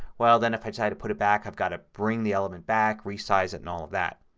well then if i decide to put it back i've got to bring the element back, resize it and all of that.